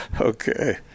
Okay